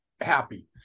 happy